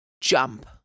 jump